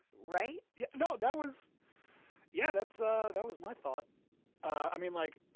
right. you know, that was yeah, that's so that was my thought i mean, like